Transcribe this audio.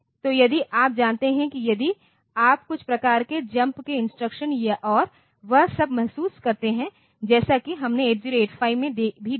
तो यदि आप जानते हैं कि यदि आप कुछ प्रकार के जम्प के इंस्ट्रक्शन और वह सब महसूस करते हैं जैसा कि हमने 8085 में भी देखा है